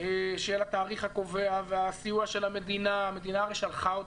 של התאריך הקובע והסיוע של המדינה המדינה הרי שלחה אותם,